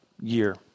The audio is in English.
year